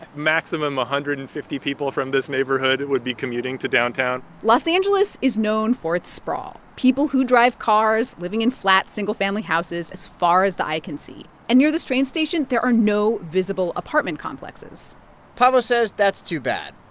maximum one ah hundred and fifty people from this neighborhood would be commuting to downtown los angeles is known for its sprawl, people who drive cars living in flat, single-family houses as far as the eye can see. and near this train station, there are no visible apartment complexes paavo says that's too bad.